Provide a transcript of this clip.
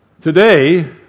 Today